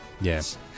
Yes